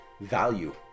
value